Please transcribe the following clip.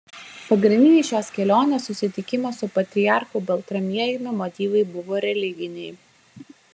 pagrindiniai šios kelionės susitikimo su patriarchu baltramiejumi motyvai buvo religiniai